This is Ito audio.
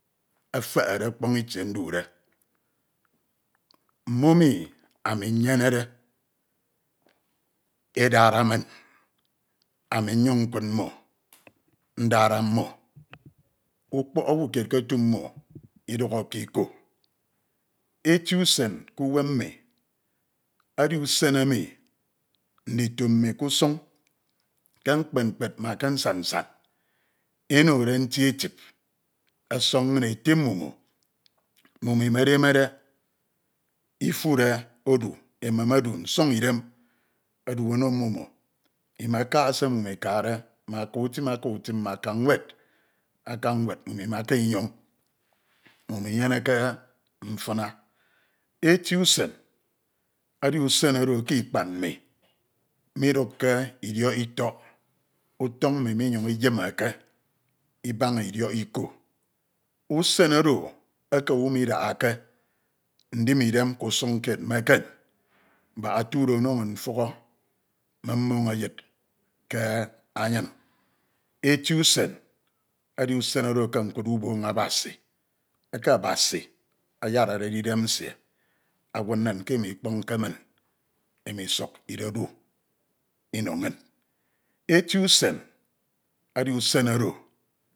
efehede ọkpoñ itie ndude, mmomi ami nyenede edara min ami nnyuñ nkud mmo ndara mmo. ukpok owu kied ke etu mmo idukho ke iko. Eti usen ke uwem mmi edi usen enu ndito mmi ke usan ke mkped mkped ma ke usan nsan enode nti etip ọsọk inñ ete mmimo, mmimo imedemere, ifure edu emem edu, nsọñidem edu ọno mmimo, imaka ɛe mmimo ikade, aka utim aka utim, mme aka nwed aka nwed, mmimo imaka inyuñ mfina idukho, mmimo inyeneke mfina. Eti usen edi usen oro eke ikpad nni midukke idiọk itọk utoñ mmi minyañ inyimmeke ibaña idiọk iko. Usen oro eke owu midahake ndime idem kusun kied me eken; mbak etudo ono min mfuho me mmoñ eyed ke anyin. Eti usen edi usen oro eke nkudde uboñ Abasi eke Abasi ayarade idem awud nsin ke imo kponke min imo isuk idedu ino inñ. Eti usen edi usen oro